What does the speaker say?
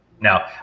Now